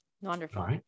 Wonderful